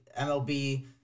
MLB